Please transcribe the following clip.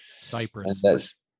Cyprus